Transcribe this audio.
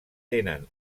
tenen